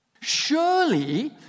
Surely